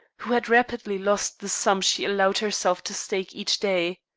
who had rapidly lost the sum she allowed herself to stake each day.